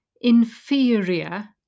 inferior